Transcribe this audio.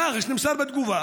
ממח"ש נמסר בתגובה